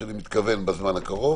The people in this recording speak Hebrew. שאני מתכוון בזמן הקרוב